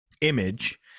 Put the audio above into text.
image